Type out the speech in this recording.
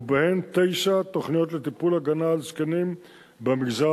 ובהן תשע תוכניות לטיפול והגנה לגבי זקנים במגזר